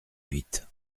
huit